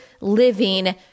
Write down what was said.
living